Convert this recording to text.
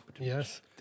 Yes